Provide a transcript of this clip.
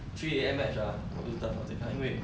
three A_M match ah 我就在房间看因为